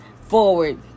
forward